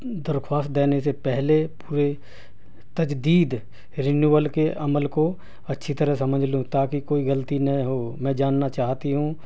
درخواست دینے سے پہلے پورے تجدید رینوئل کے عمل کو اچھی طرح سمجھ لوں تاکہ کوئی غلطی نہیں ہو میں جاننا چاہتی ہوں